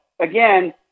Again